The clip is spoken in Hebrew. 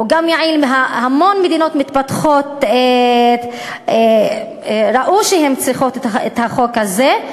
המון מדינות מתפתחות ראו שהן צריכות את החוק הזה.